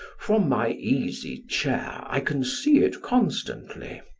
from my easy-chair i can see it constantly.